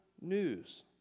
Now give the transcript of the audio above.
news